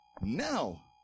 now